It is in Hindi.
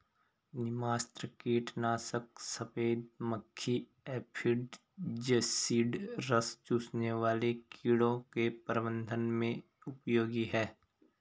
नीमास्त्र कीटनाशक सफेद मक्खी एफिड जसीड रस चूसने वाले कीड़ों के प्रबंधन में उपयोगी है